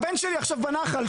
הבן שלי עכשיו בנח"ל,